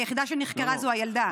היחידה שנחקרה זו הילדה.